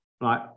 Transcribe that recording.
right